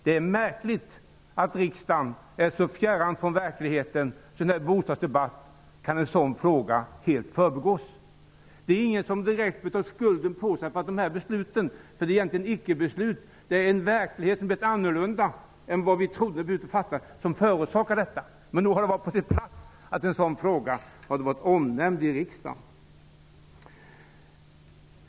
Det är märkligt att riksdagen är så fjärran från verkligheten att en sådan fråga kan förbigås helt i en bostadsdebatt. Det är ingen som direkt tar på sig skulden för besluten. Det är egentligen icke-beslut. Verkligheten ha blivit annorlunda än vad vi trodde när besluten fattades. Men då kan det vara på sin plats att en sådan fråga nämns i riksdagen.